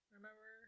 Remember